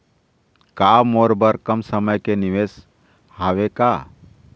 का मोर बर कम समय के कोई निवेश हावे का?